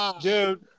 Dude